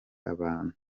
abantu